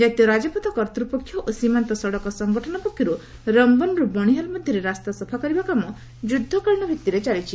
କାତୀୟ ରାଜପଥ କର୍ତ୍ତ୍ୱପକ୍ଷ ଓ ସୀମାନ୍ତ ସଡ଼କ ସଂଗଠନ ପକ୍ଷରୁ ରମ୍ୟନ୍ରୁ ବଶିହାଲ୍ ମଧ୍ୟରେ ରାସ୍ତା ସଫା କରିବା କାମ ଯୁଦ୍ଧକାଳୀନ ଭିତ୍ତିରେ ଚାଲିଛି